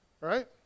right